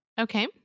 Okay